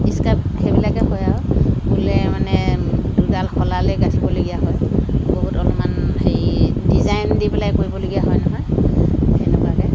scarf সেইবিলাকেই হয় আৰু ঊলে মানে দুডাল শলা লৈ গাঁঠিবলগীয়া হয় লগত অলপমান হেই ডিজাইন দি পেলাই কৰিবলগীয়া হয় নহয় সেনেকুৱাকৈ